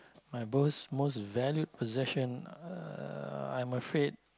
my most most valued possession uh I'm afraid